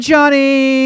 Johnny